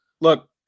look